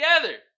together